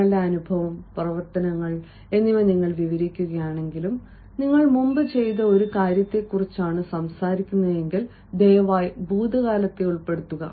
നിങ്ങളുടെ അനുഭവം പ്രവർത്തനങ്ങൾ എന്നിവ നിങ്ങൾ വിവരിക്കുകയാണെങ്കിലും നിങ്ങൾ മുമ്പ് ചെയ്ത ഒരു കാര്യത്തെക്കുറിച്ചാണ് സംസാരിക്കുന്നതെങ്കിൽ ദയവായി ഭൂതകാലത്തെ ഉപയോഗപ്പെടുത്തുക